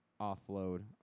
offload